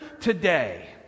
today